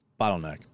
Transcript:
Bottleneck